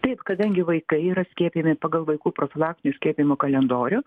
taip kadangi vaikai yra skiepijami pagal vaikų profilaktinių skiepijimų kalendorių